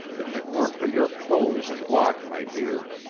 if it weren't for your pose and walk, my dear,